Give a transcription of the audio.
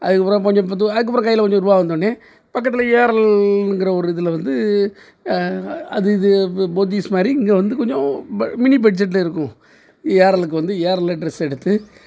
அதுக்கப்புறம் கொஞ்சம் இப்போ தூரம் அதுக்கப்புறம் கையில கொஞ்சம் ரூபா வந்தோன்னே பக்கத்தில் ஏஆர்எல்ங்கிற ஒரு இதில் வந்து அது இது இப்போ போத்தீஸ் மாதிரி இங்கே வந்து கொஞ்சம் ப மினி பட்ஜெட்டில் இருக்கும் ஏஆர்எல்லுக்கு வந்து ஏஆர்எலில் ட்ரெஸ் எடுத்து